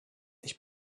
ich